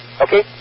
Okay